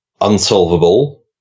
unsolvable